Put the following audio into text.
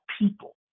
people